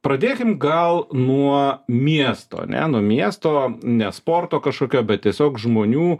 pradėkim gal nuo miesto ane nuo miesto ne sporto kažkokio bet tiesiog žmonių